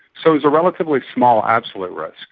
so there's a relatively small absolute risk,